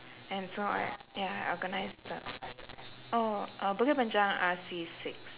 and so I ya I organised stuff oh uh bukit panjang R_C six